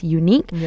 unique